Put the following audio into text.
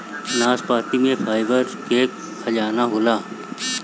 नाशपाती में फाइबर के खजाना होला